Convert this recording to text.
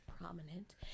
prominent